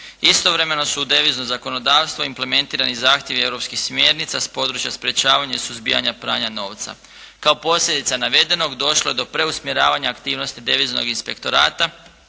Istovremeno su u devizno zakonodavstvo implementirani zahtjevi europskih smjernica s područja sprečavanja i suzbijanja pranja novca. Kao posljedica navedenog došlo je do preusmjeravanja aktivnosti deviznog inspektorata,